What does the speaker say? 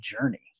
journey